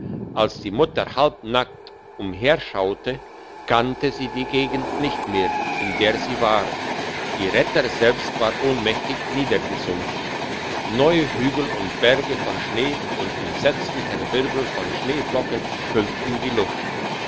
als die mutter halb nackt umherschaute kannte sie die gegend nicht mehr in der sie war ihr retter selbst war ohnmächtig niedergesunken neue hügel und berge von schnee und ein entsetzlicher wirbel von schneeflocken füllten die luft